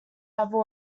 level